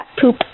poop